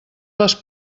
les